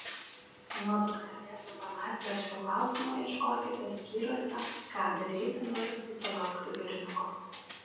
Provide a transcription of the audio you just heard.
nuodugnesnės informacijos šiuo klausimu ieškokite skyriuose ką daryti norint susilaukti berniuko